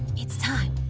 it's time,